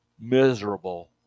miserable